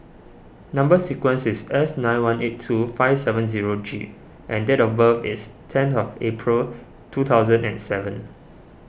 Number Sequence is S nine one eight two five seven zero G and date of birth is ten of April two thousand and seven